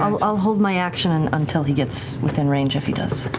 um i'll hold my action until he gets within range, if he does.